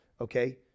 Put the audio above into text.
Okay